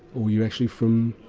or you're actually from,